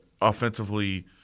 offensively